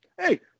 hey